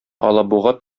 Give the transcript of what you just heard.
алабугада